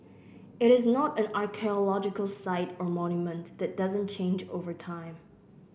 it is not an archaeological site or monument that doesn't change over time